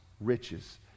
riches